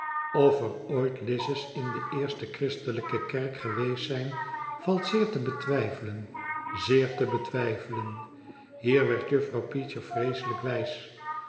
er ooit lize's in de eerste christelijke kerk geweest zijn valt zeer te betwijfelen zeer te betwijfelen hier werd juffrouw peecher vreeselijk wijs